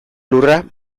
lurra